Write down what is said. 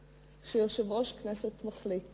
אני חושבת שזאת הפעם הראשונה שיושב-ראש הכנסת מחליט